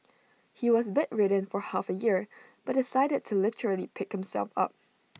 he was bedridden for half A year but decided to literally pick himself up